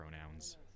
pronouns